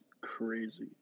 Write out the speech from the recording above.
crazy